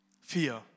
Fear